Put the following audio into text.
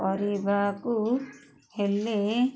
କରିବାକୁ ହେଲେ